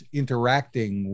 interacting